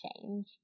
change